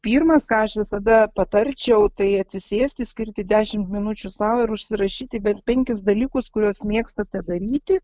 pirmas ką aš visada patarčiau tai atsisėsti skirti dešimt minučių sau ir užsirašyti bent penkis dalykus kuriuos mėgstate daryti